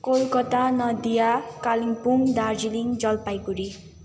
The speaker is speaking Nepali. कोलकता नदिया कालिम्पोङ दार्जिलिङ जलपाइगुडी